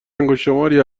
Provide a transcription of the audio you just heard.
انگشتشماری